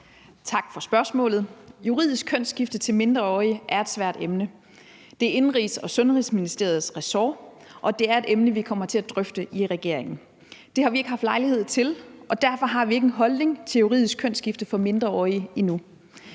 Tak for spørgsmålet. Juridisk kønsskifte til mindreårige er et svært emne. Det er Indenrigs- og Sundhedsministeriets ressort, og det er et emne, vi kommer til at drøfte i regeringen. Det har vi ikke haft lejlighed til, og derfor har vi ikke en holdning til juridisk kønsskifte for mindreårige endnu.